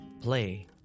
play